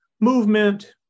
movement